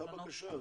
הייתה בקשה.